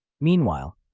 Meanwhile